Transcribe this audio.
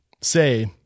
say